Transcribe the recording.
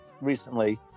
recently